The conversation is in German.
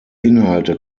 inhalte